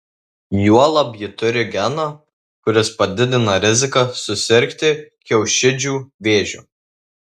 juolab ji turi geną kuris padidina riziką susirgti kiaušidžių vėžiu